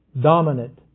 Dominant